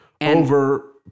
Over